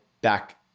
back